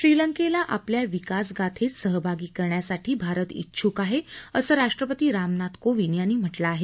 श्रीलंकेला आपल्या विकासगाथेत सहभागी करुन घेण्यासाठी भारत उत्सुक आहे असं राष्ट्रपती रामनाथ कोविद यांनी म्हटलं आहे